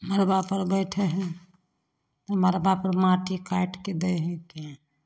मड़बापर बैठै हइ तब मड़बापर माटी काटिके दै हिकै